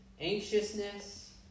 anxiousness